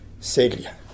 Celia